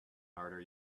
harder